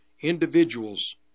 individuals